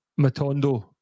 Matondo